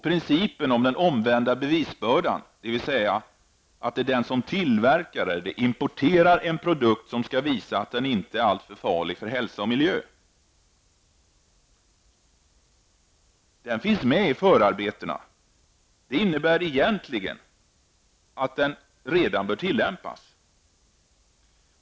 Principen om den omvända bevisbördan, dvs. att den som tillverkar eller importerar en produkt skall visa att den inte är alltför farlig för hälsa och miljö, finns med i förarbeterna till kemikalielagstiftningen. Det innebär egentligen att den redan bör tillämpas.